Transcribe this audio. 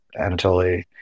Anatoly